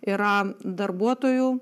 yra darbuotojų